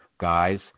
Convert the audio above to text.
guys